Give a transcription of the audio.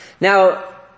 Now